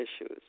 issues